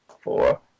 four